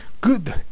good